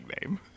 name